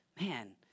man